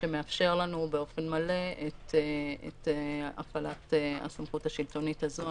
שמאפשר לנו באופן מלא את הפעלת הסמכות השלטונית הזאת.